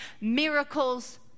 miracles